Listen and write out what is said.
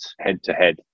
head-to-head